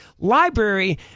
Library